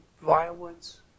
violence